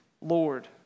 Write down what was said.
Lord